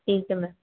ठीक है मैम